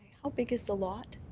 how big is the lot?